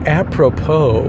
apropos